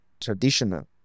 traditional